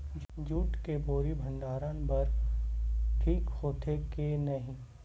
Jute के बोरा भंडारण बर ठीक होथे के नहीं?